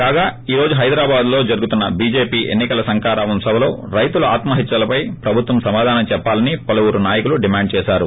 కాగా ఈరోజు హైదరాబాద్ లో జరుగుతున్న బిజేపి ఎన్నికల శంఖారావం సభలో రైతుల ఆత్మహత్యలపై ప్రభుత్వం సమాధానం చెప్పాలని పలువురు నాయకులు డిమాండ్ చేసారు